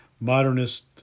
modernist